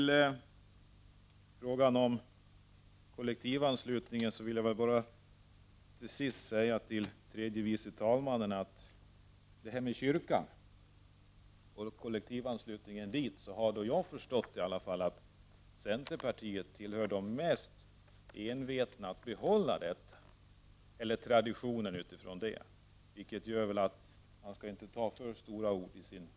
I fråga om kollektivanslutningen vill jag bara till sist säga till tredje vice talmannen att såvitt jag har förstått tillhör centerpartiet de mest envetna när det gäller att behålla kollektivanslutningen till kyrkan — vilket väl gör att man inte skall ta alltför stora ord i sin mun.